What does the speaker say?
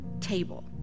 table